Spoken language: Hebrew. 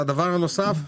והדבר הנוסף,